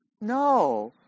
No